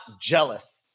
jealous